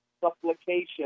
supplication